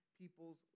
people's